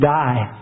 die